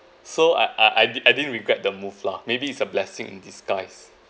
so I I I I didn't regret the move lah maybe it's a blessing in disguise